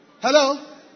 Hello